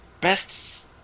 Best